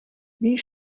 wie